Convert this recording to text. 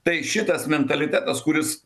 tai šitas mentalitetas kuris